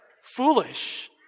Foolish